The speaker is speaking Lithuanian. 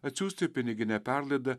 atsiųsti pinigine perlaida